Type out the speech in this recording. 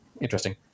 interesting